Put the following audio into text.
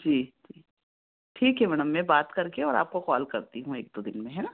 जी जी ठीक है मैडम मैं बात करके और आपको कॉल करती हूँ एक दो दिन में है न